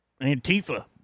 Antifa